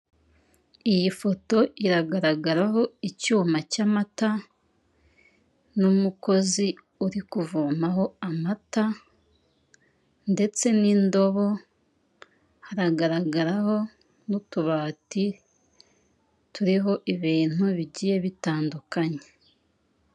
Iyi foto iragaragaraho icyuma cy'amata, n'umukozi uri kuvomaho amata, ndetse n'indobo, haragaraho n'utubati, turiho ibintu bigiye bitandukanye.